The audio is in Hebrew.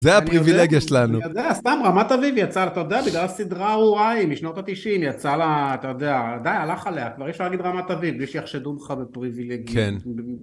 זה הפריבילגיה שלנו. אני יודע, סתם, רמת אביב יצאה, אתה יודע, בגלל הסדרה הארורה ההיא משנות ה-90, יצא לה, אתה יודע, די, הלך עליה. כבר אי אפשר להגיד רמת אביב, בלי שיחשדו בך בפריבילגיות. כן.